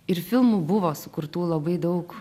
ir filmų buvo sukurtų labai daug